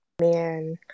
Man